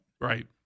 Right